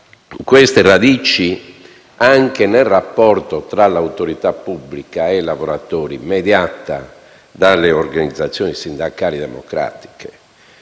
sindacali, ma anche sul rapporto tra l'autorità pubblica ed i lavoratori, mediato dalle organizzazioni sindacali democratiche,